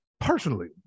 Personally